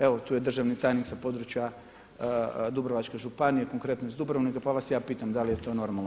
Evo tu je državni tajnik sa područja Dubrovačke županije konkretno iz Dubrovnika pa vas ja pitam da li je eto normalno?